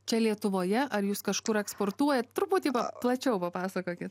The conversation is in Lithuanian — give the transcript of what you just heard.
čia lietuvoje ar jūs kažkur eksportuojat truputį plačiau papasakokit